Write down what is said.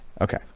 Okay